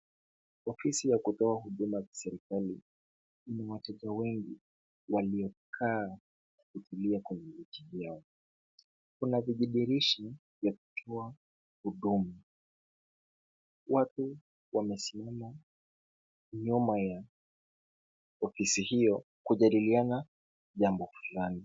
Ofisi ya kutoa huduma za serikali, ina wateje wengi walio kaa kutulia kwenye viti vyao. Kuna vijidirishi vya kutoa huduma. Watu wamesimama nyuma ya ofisi hiyo kujadiliana jambo fulani.